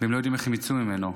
והם לא יודעים איך הם יצאו ממנו,